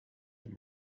dem